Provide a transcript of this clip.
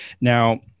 now